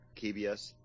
KBS